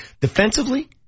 Defensively